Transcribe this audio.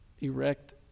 erect